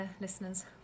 listeners